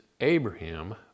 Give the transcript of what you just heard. Abraham